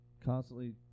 constantly